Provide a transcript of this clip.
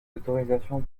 autorisations